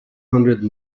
hundred